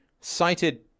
cited